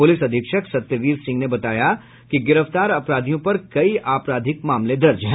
police अधीक्षक सत्यवीर सिंह ने बताया गिरफ्तार अपराधियों पर कई आपराधिक मामले दर्ज है